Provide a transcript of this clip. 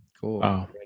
Cool